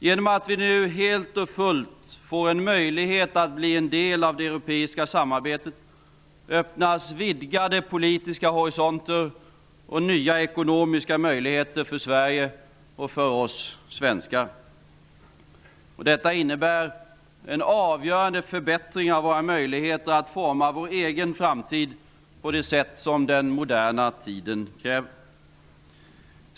Genom att vi nu helt och fullt får en möjlighet att bli en del av det europeiska samarbetet öppnas vidgade politiska horisonter och nya ekonomiska möjligheter för Sverige och för oss svenskar. Detta innebär en avgörande förbättring av våra möjligheter att forma vår egen framtid på det sätt som den moderna tiden kräver.